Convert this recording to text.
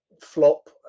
Flop